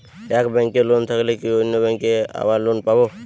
এক ব্যাঙ্কে লোন থাকলে কি অন্য ব্যাঙ্কে আবার লোন পাব?